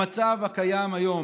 המצב הקיים היום,